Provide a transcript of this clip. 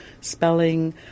spelling